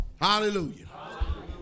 Hallelujah